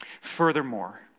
furthermore